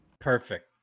Perfect